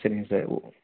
சரிங்க சார் ஓ